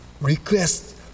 request